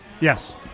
Yes